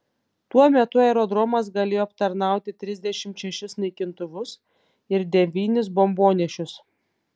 tuo metu aerodromas galėjo aptarnauti trisdešimt šešis naikintuvus ir devynis bombonešius